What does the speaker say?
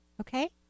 Okay